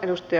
kiitos